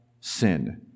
sin